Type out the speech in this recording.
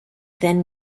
then